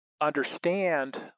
understand